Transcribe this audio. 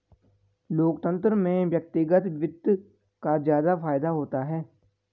लोकतन्त्र में व्यक्तिगत वित्त का ज्यादा फायदा होता है